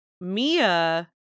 Mia